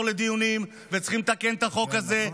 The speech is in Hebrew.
לדיונים וצריכים לתקן את החוק הזה.